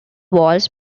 walls